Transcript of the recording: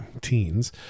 teens